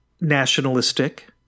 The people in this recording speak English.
nationalistic